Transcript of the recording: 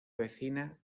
vecina